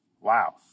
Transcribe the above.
Wow